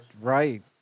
Right